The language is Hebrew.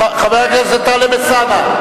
חבר הכנסת טלב אלסאנע,